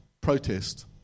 protest